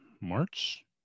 March